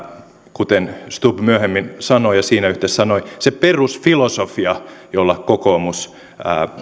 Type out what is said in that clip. kuten stubb myöhemmin sanoi ja siinä yhteydessä sanoi se perusfilosofia jolla kokoomus